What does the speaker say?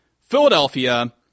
Philadelphia